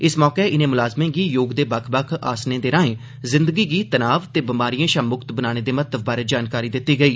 इस मौके इनें मुलाज़में गी योग दे बक्ख बक्ख आसनें दे राएं जिंदगी गी तनाव ते बमारिएं शा मुक्त बनाने दे महत्व बारै जानकारी दित्ती गेई